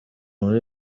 muri